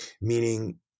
Meaning